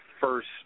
first